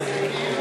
זה כאילו,